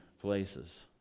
places